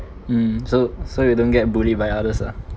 um so so you don't get bullied by others ah